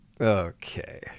okay